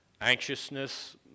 anxiousness